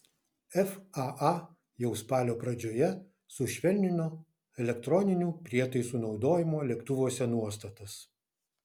faa jau spalio pradžioje sušvelnino elektroninių prietaisų naudojimo lėktuvuose nuostatas